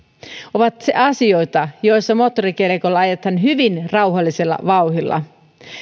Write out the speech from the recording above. ovat asioita joissa moottorikelkoilla ajetaan hyvin rauhallisella vauhdilla